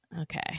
okay